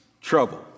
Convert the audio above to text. trouble